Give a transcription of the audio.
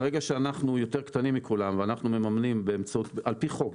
ברגע שאנחנו יותר קטנים מכולם ואנחנו מממנים על פי חוק,